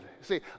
See